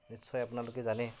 নিশ্চয় আপোনালোকে জানেই